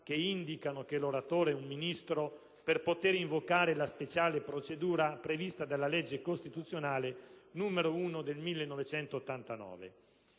che indicano che l'oratore è un Ministro per poter invocare la speciale procedura prevista dalla legge costituzionale n. 1 del 1989.